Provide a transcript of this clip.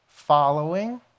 Following